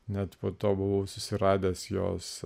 net po to buvau susiradęs jos